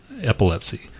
epilepsy